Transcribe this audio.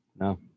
no